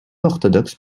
orthodoxe